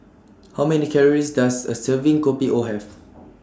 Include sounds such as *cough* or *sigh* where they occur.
*noise* How Many Calories Does A Serving Kopi O Have